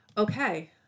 Okay